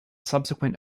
subsequent